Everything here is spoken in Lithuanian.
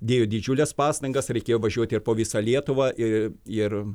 dėjo didžiules pastangas reikėjo važiuoti ir po visą lietuvą ir ir